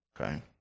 okay